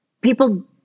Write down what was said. people